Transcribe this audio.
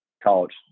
college